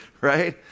right